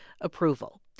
approval